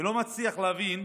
ולא מצליח להבין.